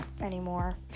anymore